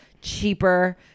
cheaper